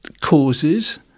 causes